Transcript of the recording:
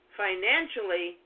financially